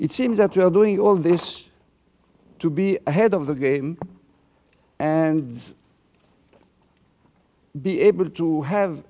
it seems that you are doing all this to be ahead of the game and be able to have